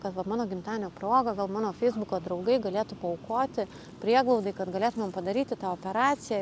kad va mano gimtadienio proga gal mano feisbuko draugai galėtų paaukoti prieglaudai kad galėtumėm padaryti tą operaciją